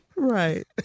Right